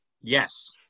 Yes